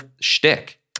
shtick